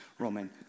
Roman